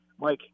Mike